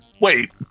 Wait